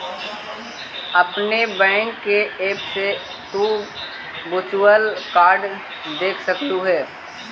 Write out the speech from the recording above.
अपने बैंक के ऐप से तु वर्चुअल कार्ड देख सकलू हे